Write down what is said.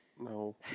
No